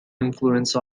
influence